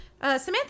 Samantha